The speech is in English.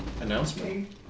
Announcement